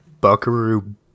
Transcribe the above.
Buckaroo